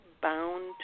bound